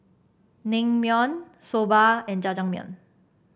Naengmyeon Soba and Jajangmyeon